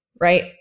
right